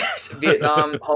Vietnam